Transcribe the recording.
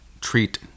treat